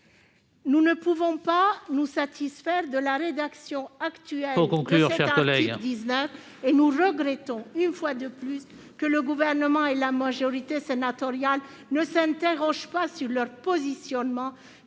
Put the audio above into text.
Nous ne pouvons pas nous satisfaire de la rédaction actuelle de cet article. Nous regrettons, une fois de plus, que le Gouvernement et la majorité sénatoriale ne s'interrogent pas sur leur positionnement